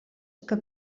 que